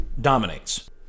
dominates